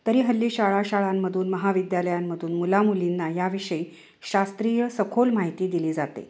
तरी हल्ली शाळा शाळांमधून महाविद्यालयांमधून मुलामुलींना याविषयी शास्त्रीय सखोल माहिती दिली जाते